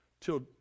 Till